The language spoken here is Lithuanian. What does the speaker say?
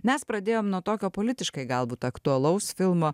mes pradėjom nuo tokio politiškai galbūt aktualaus filmo